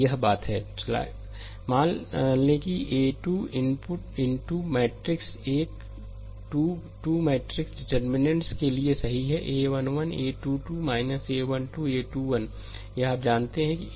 slide समय देखें 1241 मान लें कि a 2 इनटू 2 मैट्रिक्सmatrix एक 2 में 2मैट्रिक्स डिटर्मिननेंट्स के लिए सही है a 1 1 a 2 2 a 1 2 a 21 यह आप जानते हैं